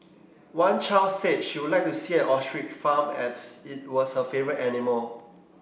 one child said she would like to see an ostrich farm as it was her favourite animal